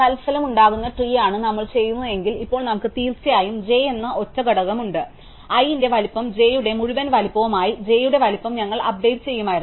തത്ഫലമായുണ്ടാകുന്ന ട്രീയാണ് നമ്മൾ ചെയ്യുന്നതെങ്കിൽ ഇപ്പോൾ നമുക്ക് തീർച്ചയായും j എന്ന ഒറ്റ ഘടകം ഉണ്ട് i ന്റെ വലുപ്പവും j യുടെ മുഴുവൻ വലിപ്പവും ആയി j യുടെ വലുപ്പം ഞങ്ങൾ അപ്ഡേറ്റ് ചെയ്യുമായിരുന്നു